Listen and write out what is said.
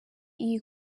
iyi